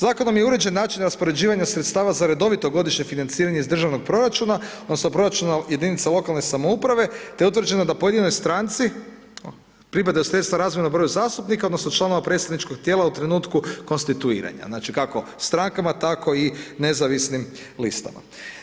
Zakonom je uređen način raspoređivanja sredstava za redovito godišnje financiranje iz državnog proračuna, odnosno proračuna jedinica lokalne samouprave, te utvrđeno da pojedinoj stranci pripadaju sredstva razmjerno broju zastupnika, odnosno članova predstavničkog tijela u trenutku konstituiranja, znači, kako strankama, tako i nezavisnim listama.